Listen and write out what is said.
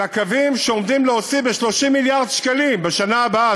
על הקווים שעומדים להוציא ב-30 מיליארד שקלים בשנה הבאה,